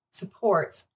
supports